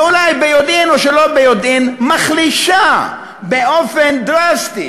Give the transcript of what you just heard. ואולי ביודעין או שלא ביודעין מחלישה באופן דרסטי